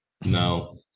No